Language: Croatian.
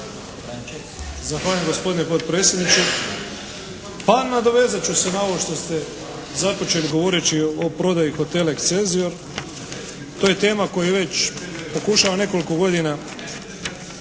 Zahvaljujem gospodine potpredsjedniče. Pa, nadovezat ću se na ovo što ste započeli govoreći o prodaji hotela "Excelsior". To je tema koju već pokušavamo nekoliko godina